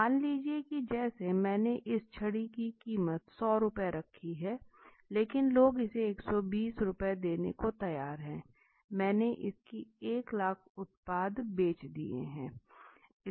मान लीजिए कि जैसा मैंने इस छड़ी की कीमत 100 रुपये रखी है लेकिन लोग इसके 120 रुपये देने को तैयार हैं और मैंने इसके 1 लाख उत्पाद बेच दिए हैं